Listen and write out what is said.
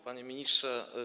Panie Ministrze!